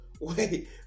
Wait